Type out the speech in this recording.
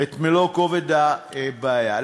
מלוא כובד הבעיה.